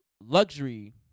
luxury